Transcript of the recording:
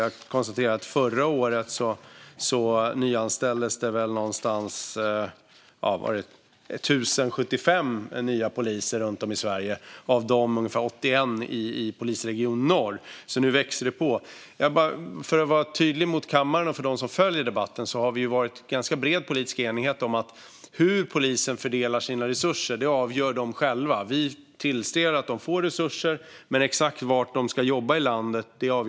Jag konstaterar att förra året anställdes 1 075 nya poliser runt om i Sverige och av dem 81 i polisregion Nord, så nu växer det på. För att vara tydlig mot kammaren och dem som följer debatten har det varit en ganska bred politisk enighet om att hur polisen fördelar sina resurser avgör de själva. Vi tillser att de får resurser, men exakt var i landet poliserna ska jobba avgör Polismyndigheten själv.